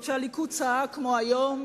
עוד כשהליכוד צעק כמו היום,